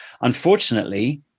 Unfortunately